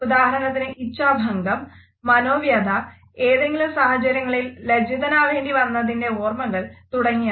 ഉദാഹരണത്തിന് ഇച്ഛാഭംഗം മനോവ്യഥ ഏതെങ്കിലും സാഹചര്യങ്ങളിൽ ലജ്ജിതനാവേണ്ടി വന്നതിന്റെ ഓർമ്മകൾ തുടങ്ങിയവ